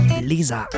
Lisa